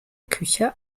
küche